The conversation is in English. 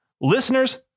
Listeners